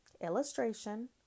illustration